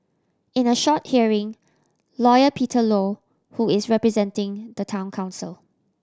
in a short hearing Lawyer Peter Low who is representing the Town Council